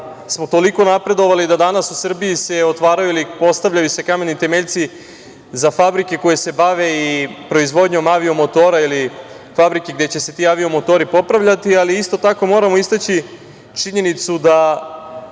smo toliko napredovali da danas u Srbiji se otvaraju ili se postavljaju kamen temeljci za fabrike koje se bave i proizvodnjom avio-motora ili fabrike gde će se ti avio-motori popravljati, ali isto tako moramo istaći činjenicu da